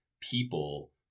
people